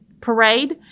Parade